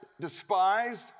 despised